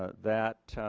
ah that,